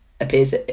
appears